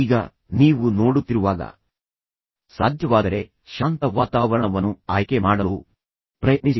ಈಗ ನೀವು ನೋಡುತ್ತಿರುವಾಗ ಸಾಧ್ಯವಾದರೆ ಶಾಂತ ವಾತಾವರಣವನ್ನು ಆಯ್ಕೆ ಮಾಡಲು ಪ್ರಯತ್ನಿಸಿ